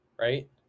right